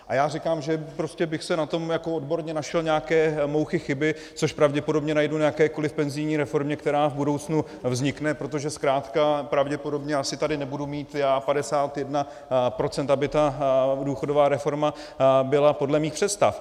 A já říkám, že prostě bych na tom jako odborně našel nějaké mouchy, chyby, což pravděpodobně najdu na jakékoliv penzijní reformě, která v budoucnu vznikne, protože zkrátka pravděpodobně asi tady nebudu mít já 51 procent, aby ta důchodová reforma byla podle mých představ.